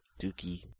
Dookie